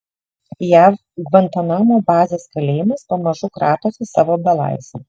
jav gvantanamo bazės kalėjimas pamažu kratosi savo belaisvių